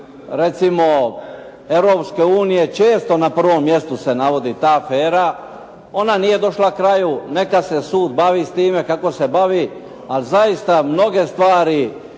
recimo Europske unije, često na prvom mjestu se navodi ta afera. Ona nije došla kraju neka se sud bavi s time kako se bavi, ali zaista mnoge stvari